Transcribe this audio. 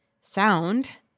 sound